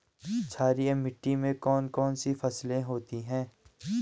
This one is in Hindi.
क्षारीय मिट्टी में कौन कौन सी फसलें होती हैं?